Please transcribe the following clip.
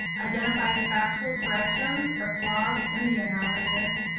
identify factual corrections or flaws in the analysis,